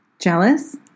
jealous